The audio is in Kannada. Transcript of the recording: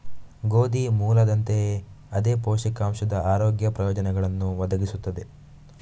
ಗೋಧಿ ಮೂಲದಂತೆಯೇ ಅದೇ ಪೌಷ್ಟಿಕಾಂಶದ ಆರೋಗ್ಯ ಪ್ರಯೋಜನಗಳನ್ನು ಒದಗಿಸುತ್ತದೆ